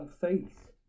faith